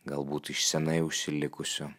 galbūt iš senai užsilikusių